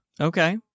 Okay